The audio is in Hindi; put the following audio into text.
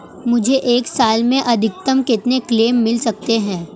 मुझे एक साल में अधिकतम कितने क्लेम मिल सकते हैं?